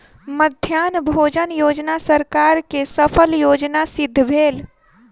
मध्याह्न भोजन योजना सरकार के सफल योजना सिद्ध भेल